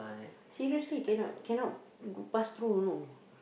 seriously cannot cannot pass through you know